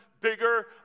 bigger